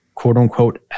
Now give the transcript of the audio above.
quote-unquote